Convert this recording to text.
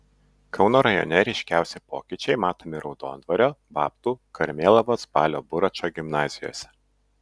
kauno rajone ryškiausi pokyčiai matomi raudondvario babtų karmėlavos balio buračo gimnazijose